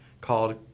called